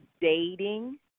dating